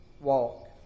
walk